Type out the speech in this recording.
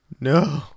No